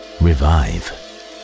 Revive